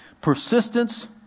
Persistence